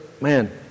Man